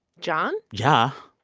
john? yeah,